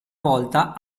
volta